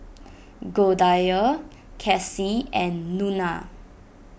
Goldia Kassie and Nona